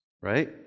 Right